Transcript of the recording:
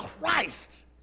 Christ